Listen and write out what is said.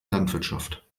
landwirtschaft